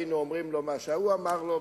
והיינו אומרים לו מה שההוא אמר לו,